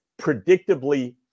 predictably